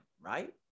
right